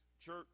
church